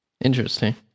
Interesting